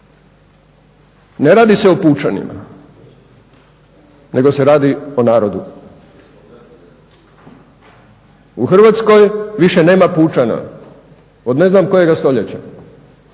Ne radi se o pučanima, nego se radi o narodu. U Hrvatskoj više nema pučana, od ne znam kojega stoljeća.